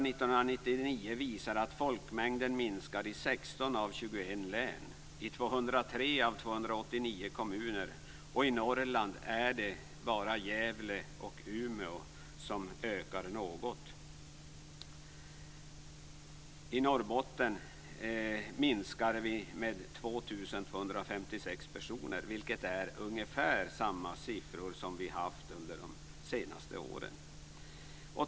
Norrland är det bara i Gävle och Umeå som befolkningen ökar något. I Norrbotten minskar befolkningen med 2 256 personer. Det är ungefär samma siffror som vi haft under de senaste åren.